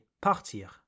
partir